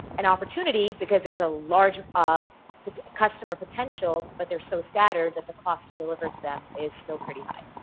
an opportunity because there's a large um but customer customer potential but there's so scattered that the cost to deliver to them is still pretty high.